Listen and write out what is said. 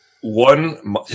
one